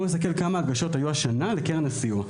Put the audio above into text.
נסתכל על כמה הגשות היו השנה לקרן הסיוע.